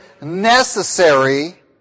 necessary